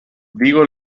digo